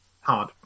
Hard